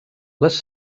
les